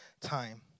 time